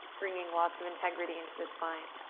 bringing lots of integrity into the spine.